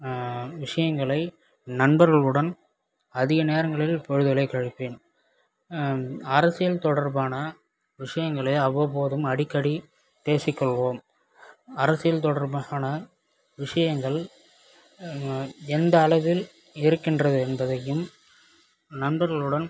விஷயங்களை நண்பர்களுடன் அதிக நேரங்களில் பொழுதுகளை கழிப்பேன் அரசியல் தொடர்பான விஷயங்களை அவ்வப்போதும் அடிக்கடி பேசிக்கொள்வோம் அரசியல் தொடர்பான விஷயங்கள் எந்த அளவில் இருக்கின்றது என்பதையும் நண்பர்களுடன்